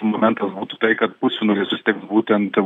momentas būtų tai kad pusfinaly susitiks būtent